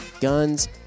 guns